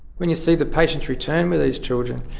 when you see the patients return with these children,